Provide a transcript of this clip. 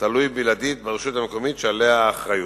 תלוי בלעדית ברשות המקומית שעליה האחריות,